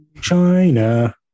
China